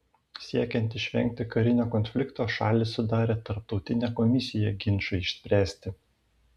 siekiant išvengti karinio konflikto šalys sudarė tarptautinę komisiją ginčui išspręsti